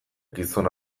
gizona